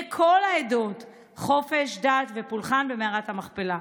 כל העדות חופש דת ופולחן במערת המכפלה.